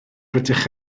rydych